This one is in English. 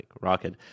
rocket